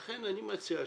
לכן אני מציע,